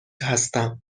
هستم